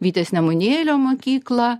vytės nemunėlio mokyklą